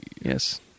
Yes